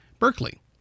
Berkeley